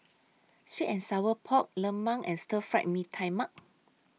Sweet and Sour Pork Lemang and Stir Fried Mee Tai Mak